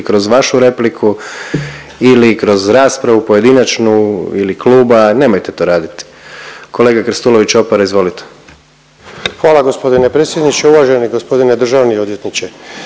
kroz vašu repliku ili kroz raspravu pojedinačnu ili kluba, nemojte to radit. Kolega Krstulović Opara izvolite. **Krstulović Opara, Andro (HDZ)** Hvala g. predsjedniče. Uvaženi g. državni odvjetniče.